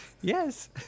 yes